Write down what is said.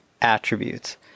attributes